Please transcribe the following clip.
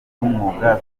w’umwuga